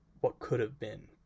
what-could-have-been